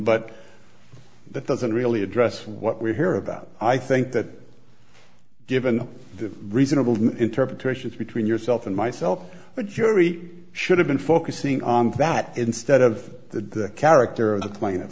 but that doesn't really address what we hear about i think that given the reasonable interpretations between yourself and myself but jury should have been focusing on that instead of the character of the pla